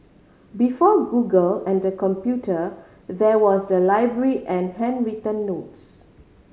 before Google and the computer there was the library and handwritten notes